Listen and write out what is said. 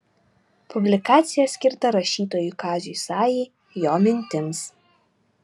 publikacija skirta rašytojui kaziui sajai jo mintims